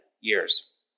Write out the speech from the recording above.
years